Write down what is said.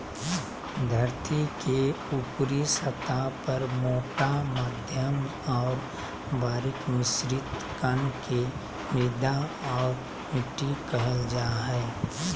धरतीके ऊपरी सतह पर मोटा मध्यम और बारीक मिश्रित कण के मृदा और मिट्टी कहल जा हइ